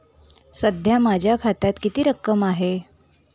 सध्या माझ्या खात्यात किती रक्कम आहे?